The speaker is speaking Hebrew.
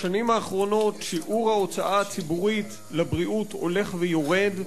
בשנים האחרונות שיעור ההוצאה הציבורית לבריאות הולך ויורד,